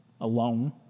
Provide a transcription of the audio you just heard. alone